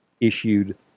issued